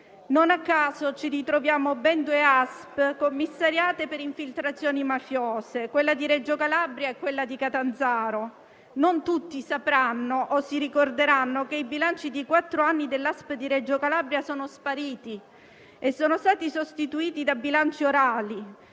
Non a caso ci ritroviamo ben due ASP commissariate per infiltrazioni mafiose, quella di Reggio Calabria e quella di Catanzaro. Non tutti sapranno o ricorderanno che i bilanci di quattro anni dell'ASP di Reggio Calabria sono spariti e sono stati sostituiti da bilanci orali.